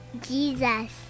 Jesus